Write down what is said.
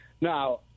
now